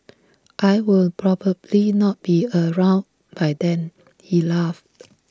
I will probably not be around by then he laughed